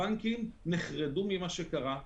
הבנקים נחרדו ממה שקרה,